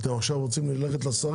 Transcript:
אתם רוצים עכשיו רוצים ללכת לשרים?